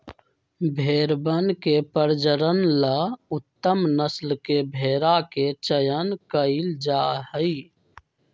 भेंड़वन के प्रजनन ला उत्तम नस्ल के भेंड़ा के चयन कइल जाहई